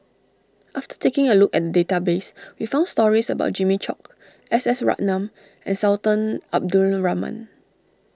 after taking a look at database we found stories about Jimmy Chok S S Ratnam and Sultan Abdul Rahman